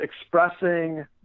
expressing